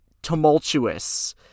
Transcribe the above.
tumultuous